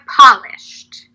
polished